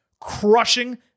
crushing